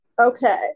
Okay